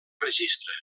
registre